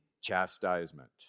chastisement